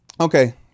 Okay